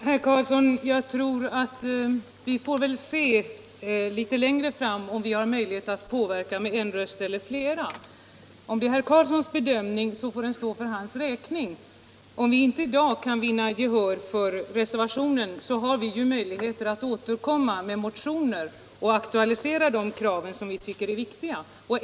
Herr talman! Ja, herr Karlsson i Huskvarna, vi får väl se litet längre fram om vi har möjlighet att påverka med en röst eller flera. Herr Karlssons bedömning får stå för hans räkning. Om vi inte i dag kan vinna gehör för reservationen, har vi ju möjlighet att återkomma med motioner och att aktualisera de krav som vi tycker är viktiga.